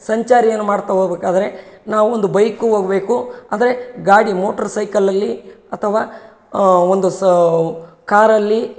ಸಂಚಾರಿ ಏನೋ ಮಾಡ್ತಾ ಹೋಗಬೇಕಾದ್ರೆ ನಾವು ಒಂದು ಬೈಕು ಹೋಗ್ಬೇಕು ಅಂದರೆ ಗಾಡಿ ಮೋಟ್ರ್ ಸೈಕಲಲ್ಲಿ ಅಥವಾ ಒಂದು ಸಹ ಕಾರಲ್ಲಿ